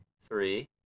Three